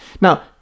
Now